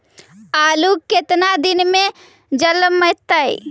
आलू केतना दिन में जलमतइ?